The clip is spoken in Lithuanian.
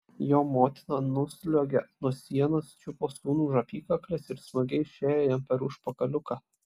jo motina nusliuogė nuo sienos čiupo sūnų už apykaklės ir smagiai šėrė jam per užpakaliuką